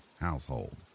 household